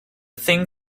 thing